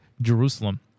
Jerusalem